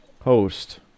Host